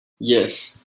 yes